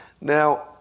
Now